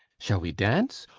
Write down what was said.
shall we dance,